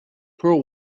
pearl